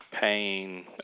pain